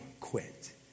quit